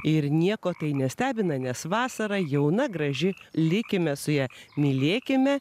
ir nieko tai nestebina nes vasara jauna graži likime su ja mylėkime